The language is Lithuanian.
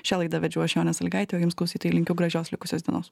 šią laidą vedžiau aš jonė salygaitė o jums klausytojai linkiu gražios likusios dienos